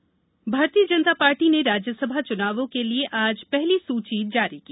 रास चुनाव भारतीय जनता पार्टी ने राज्यसभा चुनावों के लिए आज जारी पहली सूची जारी की